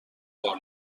کار